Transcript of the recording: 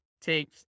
take